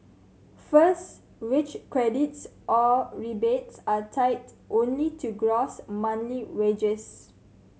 first wage credits or rebates are tied only to gross monthly wages